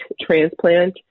transplant